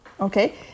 Okay